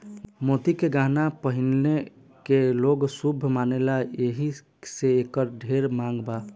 मोती के गहना पहिने के लोग शुभ मानेला एही से एकर ढेर मांग बा